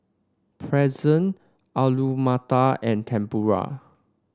Pretzel Alu Matar and Tempura